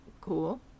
Cool